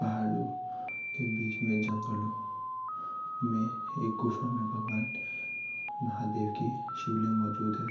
भालू के बीच में जंगलों में एक गुफा में भगवान महादेव की शिवलिंग मौजूद है